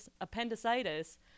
appendicitis